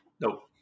Nope